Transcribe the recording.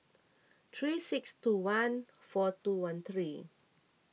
three six two one four two one three